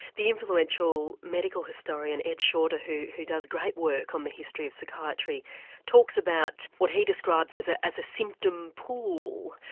the influential medical historian ed shorter who who does great work on the history of psychiatry talks about what he describes as ah as a symptom pool.